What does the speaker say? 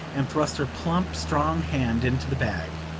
and thrust her plump strong hand into the bag.